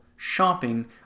shopping